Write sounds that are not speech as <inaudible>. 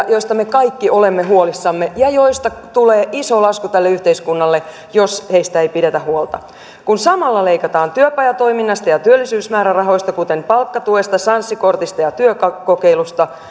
<unintelligible> joista me kaikki olemme huolissamme ja joista tulee iso lasku tälle yhteiskunnalle jos heistä ei pidetä huolta kun samalla leikataan työpajatoiminnasta ja työllisyysmäärärahoista kuten palkkatuesta sanssi kortista ja työkokeilusta